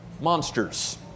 monsters